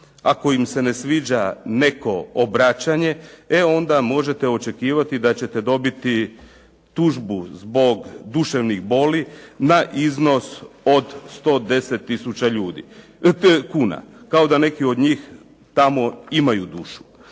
ako im se ne sviđa netko obraćanje, e onda možete očekivati da ćete dobiti tužbu zbog duševnih boli na iznos od 110 tisuća kuna. Kao da neki od njih tamo imaju dušu.